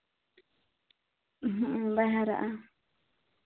ᱦᱮᱸ ᱵᱟᱝ ᱦᱟᱨᱟᱜᱼᱟ